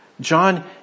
John